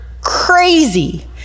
crazy